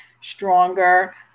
stronger